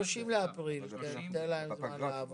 חוק רישוי שירותים ומקצועות בענף הרכב נכנס